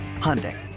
Hyundai